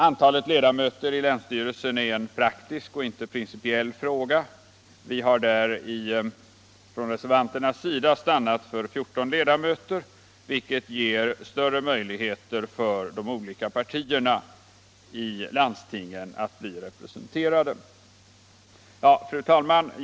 Antalet ledamöter i länsstyrelsen är en praktisk och inte en principiell fråga. Vi reservanter har där stannat för 14 ledamöter, vilket ger större möjligheter för de olika partierna i landstingen att bli representerade. Fru talman!